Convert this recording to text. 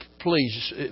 please